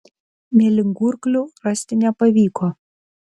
mėlyngurklių rasti nepavyko